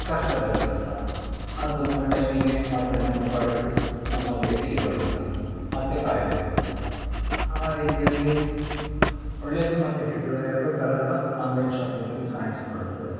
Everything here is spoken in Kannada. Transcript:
ಕಷ್ಟದ ಕೆಲಸ ಅದು ನಮ್ಮ ಟೈಮಿಗೆ ಮತ್ತೆ ನಮ್ಮ ಪ್ರೊಡಕ್ಟು ನಮ್ಮ ಕೈಯಲ್ಲಿ ಇರೋದಿಲ್ಲ ಮತ್ತೆ ಕಾಯಬೇಕು ಆ ರೀತಿಯಲ್ಲಿ ಒಳ್ಳೆಯದು ಮತ್ತು ಕೆಟ್ಟದು ಎರಡೂ ಥರಗಳು ಆನ್ಲೈನ್ ಶಾಪಿಂಗಲ್ಲಿ ಕಾಣಿಸಿಕೊಳ್ಳುತ್ತದೆ